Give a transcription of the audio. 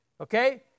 Okay